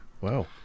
Wow